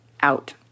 out